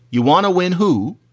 you want to win who.